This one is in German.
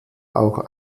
auch